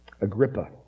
Agrippa